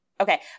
okay